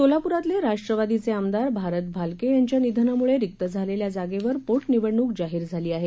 सोलापूरातले राष्ट्रवादीचे आमदार भारत भालके यांच्या निधनामुळे रिक्त झालेल्या जागेवर पोटनिवडणूक जाहीर झाली आहे